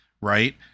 right